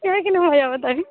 एह् किन्ना होया तां बी